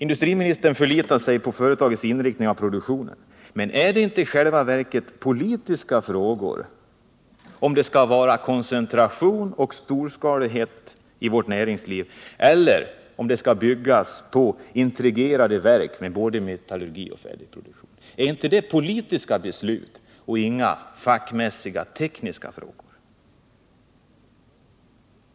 Industriministern förlitar sig på företagets inriktning av produktionen, men är det inte i själva verket en politisk fråga om det skall vara koncentration och storskalighet i vårt näringsliv eller om det skall byggas på integrerade verk med både metallurgi och färdigproduktion? Det är väl politiska beslut och inte fackmässiga, tekniska frågor. 4.